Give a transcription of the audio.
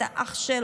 את האח-של,